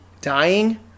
dying